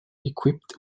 equipped